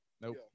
nope